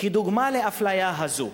כדוגמה לאפליה הזאת.